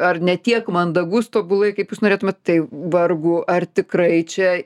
ar ne tiek mandagus tobulai kaip jūs norėtumėt tai vargu ar tikrai čia